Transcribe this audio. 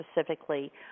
specifically